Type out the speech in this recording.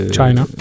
China